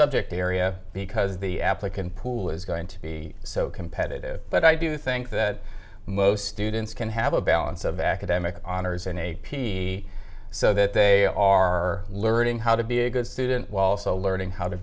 subject area because the applicant pool is going to be so competitive but i do think that most students can have a balance of academic honors and a p so that they are learning how to be a good student while also learning how to